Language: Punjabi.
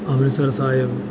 ਅੰਮ੍ਰਿਤਸਰ ਸਾਹਿਬ